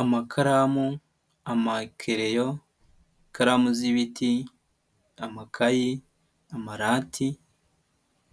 Amakaramu, amakereyo, ikaramu z'ibiti, amakayi, amarati,